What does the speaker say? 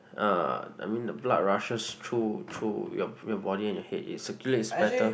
uh I mean the blood rushes through through your your body and your head it circulates better